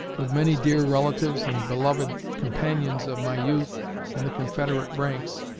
with many dear relatives and beloved companions of my youth in the confederate ranks,